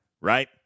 right